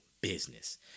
business